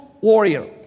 warrior